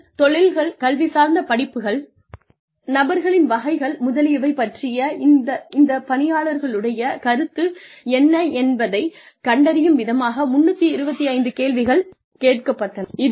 இதில் தொழில்கள் கல்விசார்ந்த படிப்புகள் நபர்களின் வகைகள் முதலியவை பற்றிய இந்த பணியாளர்களுடைய கருத்து என்ன என்பதை கண்டறியும் விதமாக 325 கேள்விகள் கேட்கப்பட்டன